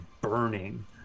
burning